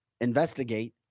investigate